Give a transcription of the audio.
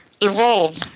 Evolve